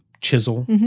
Chisel